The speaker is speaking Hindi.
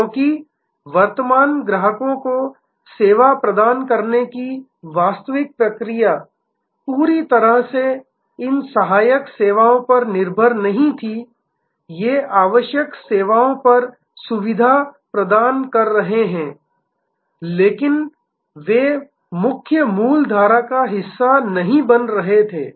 क्योंकि वर्तमान ग्राहकों को सेवा प्रदान करने की वास्तविक प्रक्रिया पूरी तरह से इन सहायक सेवाओं पर निर्भर नहीं थी ये आवश्यक सेवाओं पर सुविधा प्रदान कर रहे हैं लेकिन वे मुख्य मूल्य धारा का हिस्सा नहीं बन रहे थे